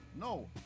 No